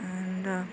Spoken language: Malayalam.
എന്താണ്